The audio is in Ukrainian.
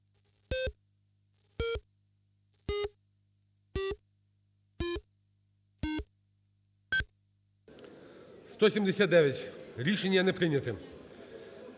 Рішення не прийнято.